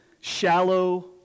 shallow